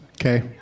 Okay